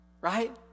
right